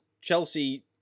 Chelsea